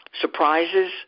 surprises